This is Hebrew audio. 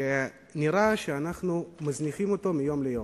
שנראה שאנחנו מזניחים אותו מיום ליום.